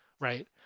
Right